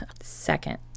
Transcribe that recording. Second